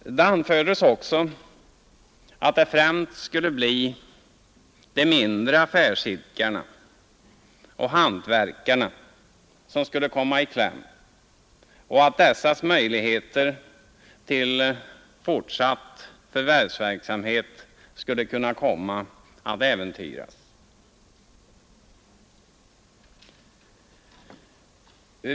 Det anfördes också att det främst skulle bli de mindre affärsidkarna och hantverkarna som skulle komma i kläm och att dessas möjligheter till fortsatt förvärvsverksamhet skulle komma att äventyras.